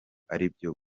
aribyo